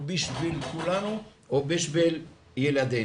הוא בשביל כולנו או בשביל ילדינו.